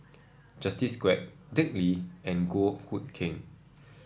Justin Quek Dick Lee and Goh Hood Keng